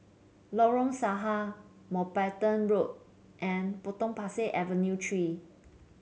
Lorong Sahad Mountbatten Road and Potong Pasir Avenue Three